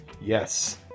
Yes